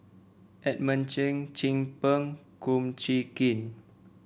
Edmund Cheng Chin Peng Kum Chee Kin